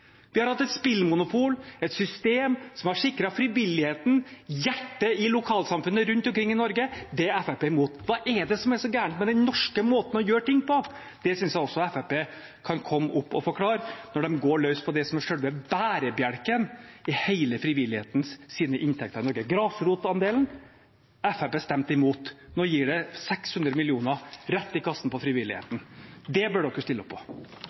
Vi har hatt et spillmonopol, et system som har sikret frivilligheten, hjertet i lokalsamfunn rundt omkring i Norge. Det er Fremskrittspartiet imot. Hva er det som er så galt med den norske måten å gjøre ting på? Det syns jeg også Fremskrittspartiet kan komme opp og forklare, når de går løs på det som er selve bærebjelken i hele frivillighetens inntekter i Norge. Grasrotandelen – Fremskrittspartiet stemte imot. Nå gir det 600 mill. kr rett i kassen til frivilligheten. Det bør de stille opp på.